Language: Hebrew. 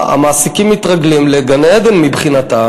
והמעסיקים מתרגלים לגן-עדן מבחינתם,